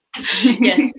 yes